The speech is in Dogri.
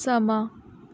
समां